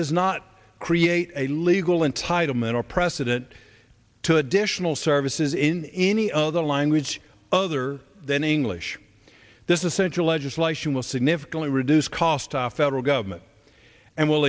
does not create a legal entitlement or precedent to additional services in any other language other than english this essential legislation will significantly reduce cost of federal government and will